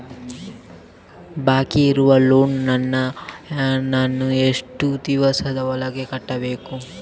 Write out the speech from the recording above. ಬಾಕಿ ಇರುವ ಲೋನ್ ನನ್ನ ನಾನು ಎಷ್ಟು ದಿವಸದ ಒಳಗೆ ಕಟ್ಟಬೇಕು?